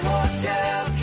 Hotel